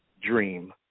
dream